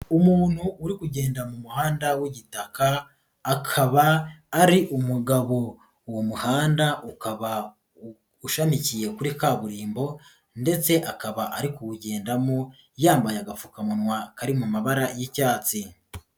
Umuntu uri kugenda mu muhanda w'igitaka akaba ari umugabo, uwo muhanda ukaba ushamikiye kuri kaburimbo ndetse akaba ari kuwugendamo yambaye agapfukamunwa kari mu mabara y'icyatsi.